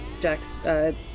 Jack's